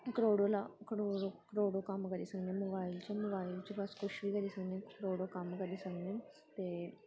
करोड़ों ला करोड़ों करोड़ों कम्म करी सकने मोबाइल च मोबाइ ल च अस कुछ बी करी सकने करोड़ों कम्म करी सकने ते